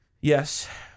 Yes